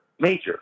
major